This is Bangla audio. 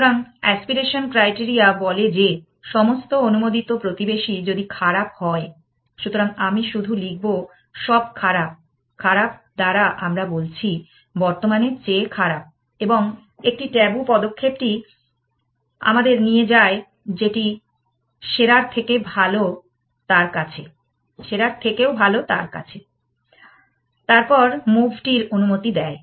সুতরাং এ্যাস্পিরেশন ক্রাইটেরিয়া বলে যে সমস্ত অনুমোদিত প্রতিবেশী যদি খারাপ হয় সুতরাং আমি শুধু লিখব সব খারাপ খারাপ দ্বারা আমরা বলছি বর্তমানের চেয়ে খারাপ এবং একটি ট্যাবু পদক্ষেপটি আমাদের নিয়ে যায় যেটি সেরার থেকেও ভাল তার কাছে তারপর মুভ টির অনুমতি দেয়